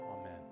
Amen